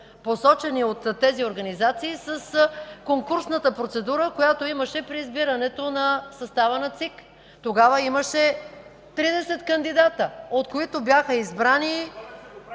посочени от тези организации, с конкурсната процедура, която имаше при избирането на състава на ЦИК. Тогава имаше тридесет кандидати, от които бяха избрани